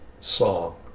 song